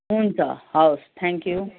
हुन्छ हवस् thank you